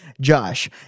Josh